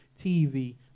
TV